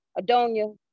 Adonia